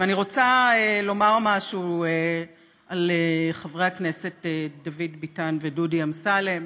אני רוצה לומר משהו על חברי הכנסת דוד ביטן ודודי אמסלם.